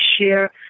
share